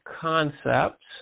concepts